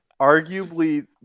Arguably